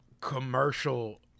commercial